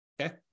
Okay